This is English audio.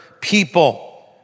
people